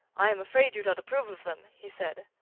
i am afraid you don't approve of them, he said.